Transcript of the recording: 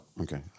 Okay